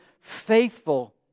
faithful